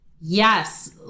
Yes